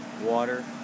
water